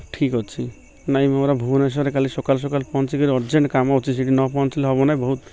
ଠିକ୍ ଅଛି ନାଇଁ ମୋର ଭୁବନେଶ୍ୱରେ କାଲି ସକାଳେ ସକାଲେ ପହଞ୍ଚିକିରି ଅର୍ଜେଣ୍ଟ କାମ ଅଛି ସେଇଠି ନ ପହଞ୍ଚିଲେ ହବ ନାଇଁ ବହୁତ